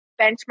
benchmark